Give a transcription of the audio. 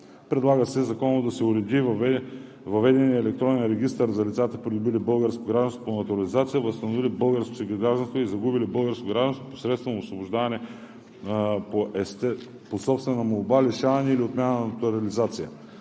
Предлага се законово да се уреди въведения електронен регистър за лицата, придобили българско гражданство по натурализация, възстановили българското си гражданство и загубили българско гражданство посредством освобождаване по собствена молба, лишаване или отмяна на натурализация.